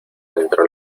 entró